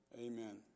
amen